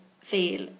feel